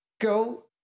Go